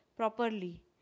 Properly